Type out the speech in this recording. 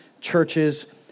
churches